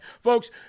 Folks